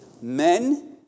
men